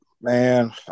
Man